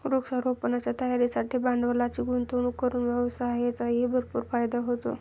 वृक्षारोपणाच्या तयारीसाठी भांडवलाची गुंतवणूक करून व्यवसायाचाही भरपूर फायदा होतो